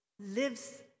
lives